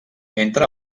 entre